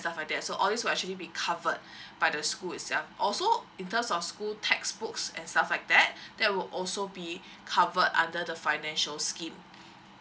stuff like that so all these will actually be covered by the school itself also in terms of school textbooks and stuff like that that will also be covered under the financial scheme